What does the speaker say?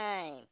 time